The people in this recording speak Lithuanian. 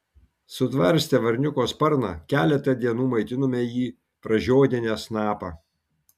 sutvarstę varniuko sparną keletą dienų maitinome jį pražiodinę snapą